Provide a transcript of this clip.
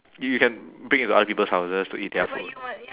you you can break into other people's houses to eat their food